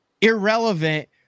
irrelevant